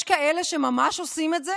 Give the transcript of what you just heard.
יש כאלה שממש עושים את זה